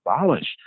abolish